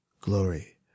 Glory